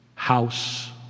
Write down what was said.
House